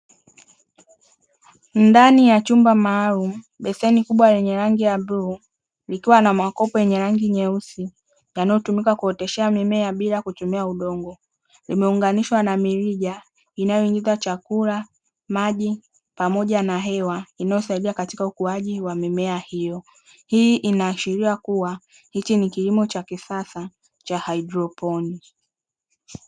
Ndani ya chumba maalumu beseni kubwa lenye rangi ya bluu likiwa na makopo yenye rangi nyeusi yanayotumika kuoteshea mimea bila kutumia udongo limeunganishwa na mirija inayoingiza chakula, maji, pamoja na hewa inayosaidia katika ukuaji wa mimea hiyo, hii inaashiria kuwa hiki ni kilimo cha kisasa cha haidroponi.